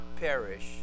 perish